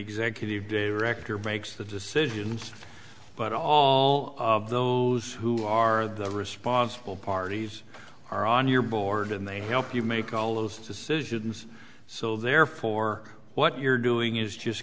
executive director breaks the decisions but all of those who are the responsible parties are on your board and they help you make all those decisions so therefore what you're doing is just